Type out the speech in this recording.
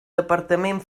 departament